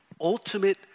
ultimate